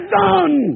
done